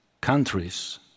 countries